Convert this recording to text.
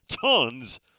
tons